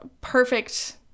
perfect